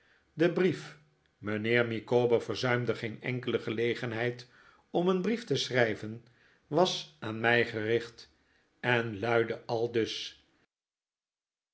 de brief mijnheer micawber verzuimde geen enkele gelegenheid om een brief te schrijven was aan mij gericht en luidde aldus